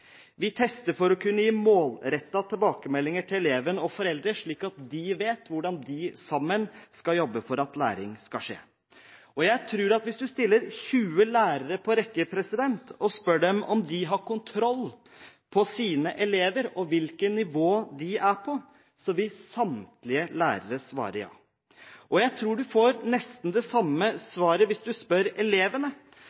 Vi tester for å kunne gi målrettede tilbakemeldinger til elever og foreldre, slik at de vet hvordan de sammen skal jobbe for at læring skal skje. Jeg tror at hvis en stiller 20 lærere på rekke og spør dem om de har kontroll på sine elever og hvilket nivå de er på, vil samtlige lærere svare ja. Jeg tror en får nesten det samme